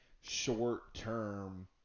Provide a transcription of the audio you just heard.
short-term